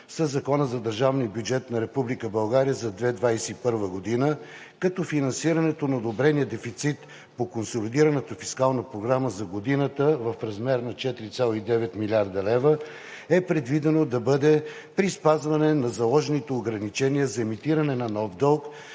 със Закона за държавния бюджет на Република България за 2021 г. Финансирането на одобрения дефицит по Консолидираната фискална програма за годината е в размер на 4,9 млрд. лв. и е предвидено да бъде при спазване на заложените ограничения за емитиране на нов дълг